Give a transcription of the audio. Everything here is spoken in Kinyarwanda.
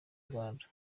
rwanda